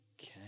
Okay